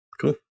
cool